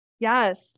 yes